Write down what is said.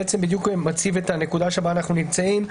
שמציב את הנקודה שבה אנחנו נמצאים.